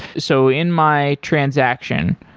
so in my transaction,